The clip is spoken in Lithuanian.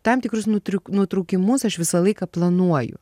tam tikrus nutriuk nutrūkimus aš visą laiką planuoju